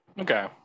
Okay